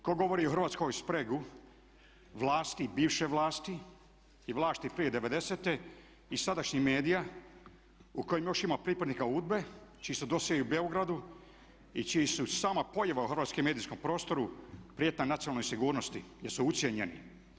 Tko govori o hrvatskoj spregu vlasti, bivše vlasti i vlasti prije '90.-te i sadašnjih medija u kojim još ima pripadnika UDBA-e čiji su dosjei u Beogradu i čiji su, sama pojava u hrvatskom medijskom prostoru prijetnja nacionalnoj sigurnosti jer su ucijenjeni.